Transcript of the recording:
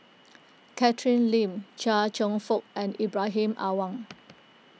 Catherine Lim Chia Cheong Fook and Ibrahim Awang